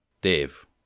dave